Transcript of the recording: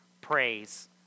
Praise